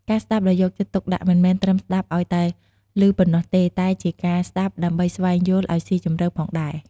ការស្តាប់ដោយយកចិត្តទុកដាក់ មិនមែនត្រឹមស្តាប់ឲ្យតែលឺប៉ុណ្ណោះទេ តែជាការស្តាប់ដើម្បីស្វែងយល់ឲ្យសុីជម្រៅផងដែរ។